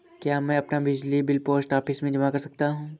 क्या मैं अपना बिजली बिल पोस्ट ऑफिस में जमा कर सकता हूँ?